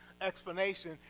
explanation